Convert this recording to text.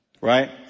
Right